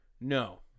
No